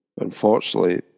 Unfortunately